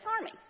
Army